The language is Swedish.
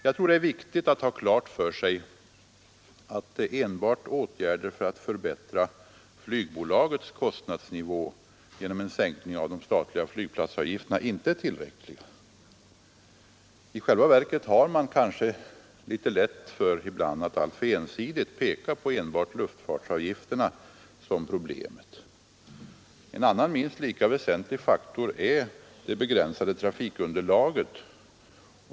Jag tror det är viktigt att ha klart för sig att enbart åtgärder för att förbättra flygbolagets kostnadsnivå genom en sänkning av de statliga flygplatsavgifterna inte är tillräckliga. I själva verket har man kanske ibland lätt för att alltför ensidigt peka på luftfartsavgifterna som problemet. En annan minst lika väsentlig faktor är det begränsade trafikunderlaget.